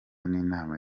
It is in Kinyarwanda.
n’inama